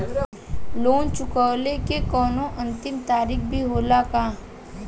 Loan चुकवले के कौनो अंतिम तारीख भी होला का?